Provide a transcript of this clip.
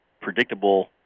predictable